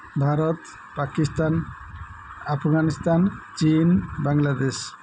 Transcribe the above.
Bharat Pakistan Afghanistan Chin Bangladesh